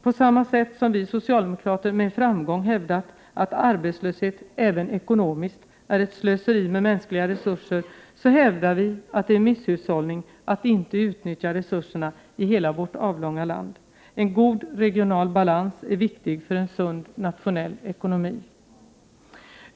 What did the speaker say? På samma sätt som vi socialdemokrater med framgång hävdat att arbetslöshet även ekonomiskt är ett slöseri med mänskliga resurser, hävdar vi att det är misshushållning att inte utnyttja resurserna i hela vårt avlånga land. En god regional balans är viktig för en sund nationell ekonomi.